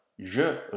je